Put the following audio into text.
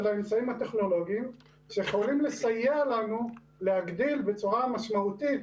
של האמצעים הטכנולוגיים שיכולים לסייע לנו להגדיל בצורה משמעותית,